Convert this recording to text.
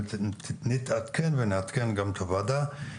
נתעדכן ונעדכן גם את הוועדה.